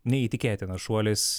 neįtikėtinas šuolis